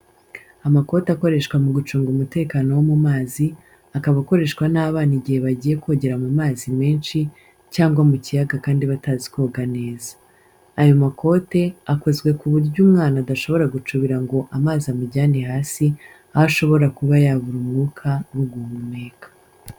Amakote akoreshwa mu gucunga umutekano wo mu mazi, akaba akoreshwa n'abana igihe bagiye kogera mu mazi menshi cyangwa mu kiyaga kandi batazi koga neza. Ayo makote akozwe ku buryo umwana adashobora gucubira ngo amazi amujyane hasi, aho ashobora kuba yabura umwuka wo guhumeka.